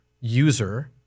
user